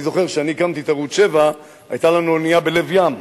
אני זוכר שכשהקמתי את ערוץ-7 היתה לנו אונייה בלב ים,